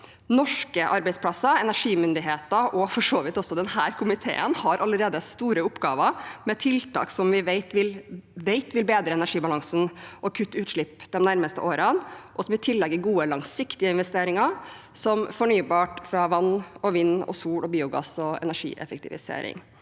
Norske arbeidsplasser, energimyndigheter og for så vidt også denne komiteen har allerede store oppgaver med tiltak som vi vet vil bedre energibalansen og kutte utslipp de nærmeste årene, og som i tillegg gir gode, langsiktige investeringer, som fornybart fra vann, vind, sol og biogass og energieffektivisering.